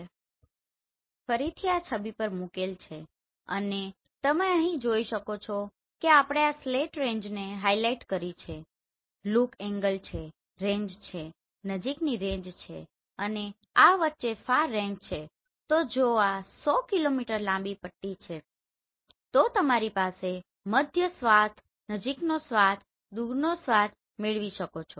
તો તે જ વસ્તુ ફરીથી આ છબી પર મૂકેલ છે અને તમે અહીં જોઈ શકો છો કે આપણે આ સ્લેંટ રેંજને હાઇલાઇટ કરી છે લૂક એન્ગલ છે રેંજ છે નજીકની રેન્જ છે અને આ વચ્ચે ફાર રેંજ છે તો જો આ 100 કિલોમીટર લાંબી પટ્ટી છે તો તમારી પાસે મધ્ય સ્વાથનજીકનો સ્વાથ દૂરનો સ્વાથ મેળવી શકો છે